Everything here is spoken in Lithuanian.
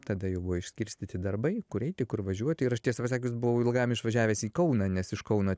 tada jau buvo išskirstyti darbai kur eiti kur važiuoti ir aš tiesą pasakius buvau ilgam išvažiavęs į kauną nes iš kauno